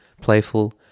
playful